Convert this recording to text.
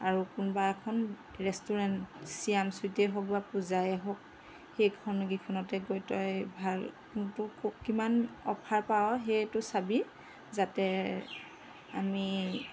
আৰু কোনোবা এখন ৰেষ্টুৰেণ্ট শ্যাম ছুইটে হওক বা পূজাই হওক সেইখন এইকেইখনতে গৈ তই ভাল কিমান অফাৰ পাৱ সেইটো চাবি যাতে আমি